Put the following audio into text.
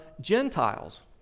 Gentiles